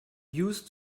used